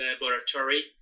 Laboratory